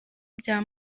bya